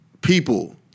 People